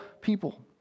people